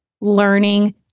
learning